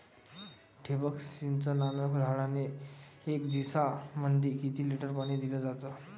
ठिबक सिंचनानं झाडाले एक दिवसामंदी किती लिटर पाणी दिलं जातं?